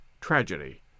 tragedy